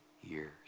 years